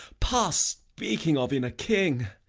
past speaking of in a king!